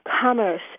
commerce